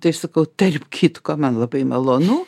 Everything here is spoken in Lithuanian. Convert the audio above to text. tai sakau tarp kitko man labai malonu